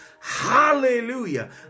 Hallelujah